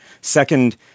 Second